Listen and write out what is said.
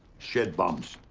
shit bums.